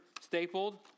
stapled